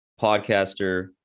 podcaster